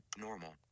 normal